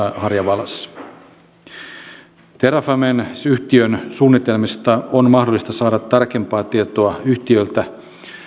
harjavallassa terrafamen yhtiön suunnitelmista on mahdollista saada tarkempaa tietoa yhtiöltä